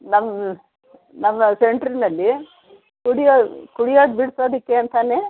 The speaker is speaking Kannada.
ನಮ್ಮ ನಮ್ಮ ಸೆಂಟ್ರ್ನಲ್ಲಿ ಕುಡಿಯೋದು ಕುಡಿಯೋದು ಬಿಡ್ಸೋದಕ್ಕೆ ಅಂತನೇ